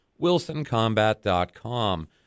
WilsonCombat.com